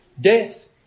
Death